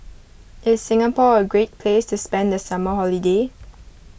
is Singapore a great place to spend the summer holiday